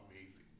amazing